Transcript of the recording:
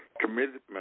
commitment